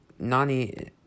Nani